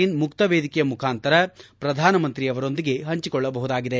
ಇನ್ ಮುಕ್ತ ವೇದಿಕೆಯ ಮುಖಾಂತರ ಪ್ರಧಾನ ಮಂತ್ರಿಯವರೊಂದಿಗೆ ಹಂಚಕೊಳ್ಳಬಹುದಾಗಿದೆ